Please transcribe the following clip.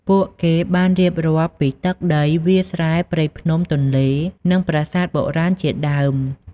ពួកគេបានរៀបរាប់ពី ទឹកដី វាលស្រែ ព្រៃភ្នំ ទន្លេ និងប្រាសាទបុរាណជាដើម។